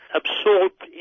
absorbed